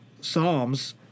Psalms